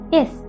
Yes